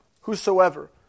whosoever